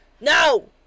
No